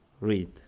read